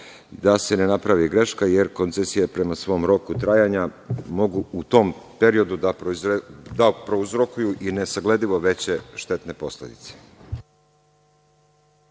da se ne napravi greška, jer koncesije prema svom roku trajanja mogu u tom periodu da prouzrokuju i nesagledivo veće štetne posledice.